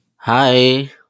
Hi